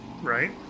Right